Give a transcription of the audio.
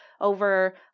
over